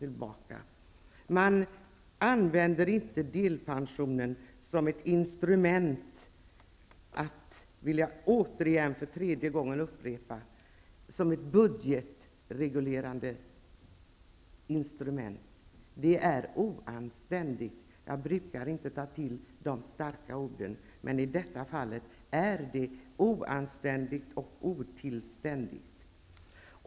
Delpensionen skall inte användas som ett budgetregulerande instrument -- jag upprepar det för tredje gången. Det är oanständigt. Jag brukar inte ta till så starka ord, men i detta fall är det oanständigt och otillständigt.